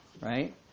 right